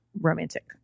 romantic